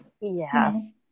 Yes